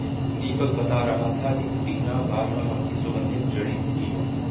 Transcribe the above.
दीपक बता रहा था कि पुदीना बारहमासी सुगंधित जड़ी बूटी है